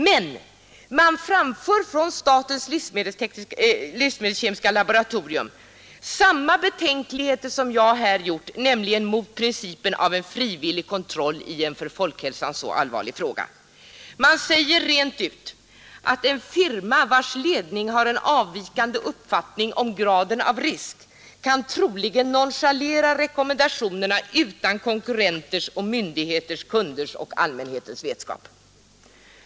Men man framför från statens lantbrukskemiska laboratorium samma betänkligheter som de jag här redovisat, nämligen invändningar mot principen om en frivillig kontroll i en för folkhälsan så allvarlig fråga. Man säger rent ut att en firma, vilkens ledning har en avvikande uppfattning om graden av risk, troligen kan nonchalera rekommendationerna utan konkurrenters, myndigheters, kunders och allmänhetens vetskap.